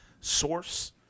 source